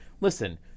listen